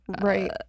Right